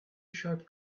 sharp